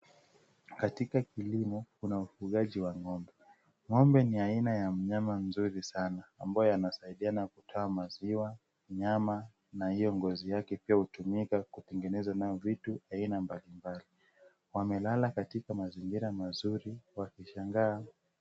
Katika kilimo ,kuna wafugaji wa ng'ombe. Ng'ombe ni aina ya mnyama mzuri sana ambaye anasaidia na kutoa maziwa, nyama na hiyo ngozi yake pia hutumika kutengeneza nao vitu aina mbalimbali. Wamelala katika mazingira mazuri wakishangaa.